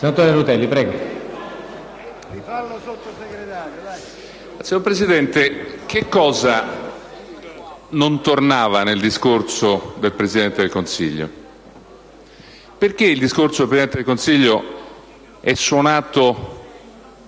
Signor Presidente, che cosa non tornava nel discorso del Presidente del Consiglio? Perché il discorso del Presidente del Consiglio è suonato